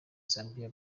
zambia